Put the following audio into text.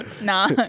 Nah